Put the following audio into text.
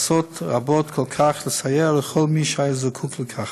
לעשות רבות כל כך, לסייע לכל מי שהיה זקוק לכך.